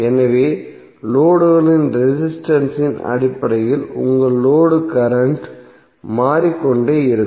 எனவே லோடுகளின் ரெசிஸ்டன்ஸ் இன் அடிப்படையில் உங்கள் லோடு கரண்ட் மாறிக்கொண்டே இருக்கும்